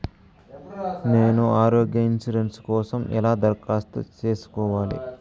నేను ఆరోగ్య ఇన్సూరెన్సు కోసం ఎలా దరఖాస్తు సేసుకోవాలి